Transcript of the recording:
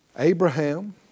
Abraham